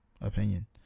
opinion